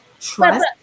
trust